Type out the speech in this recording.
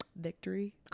Victory